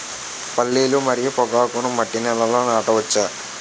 పల్లీలు మరియు పొగాకును మట్టి నేలల్లో నాట వచ్చా?